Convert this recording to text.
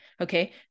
okay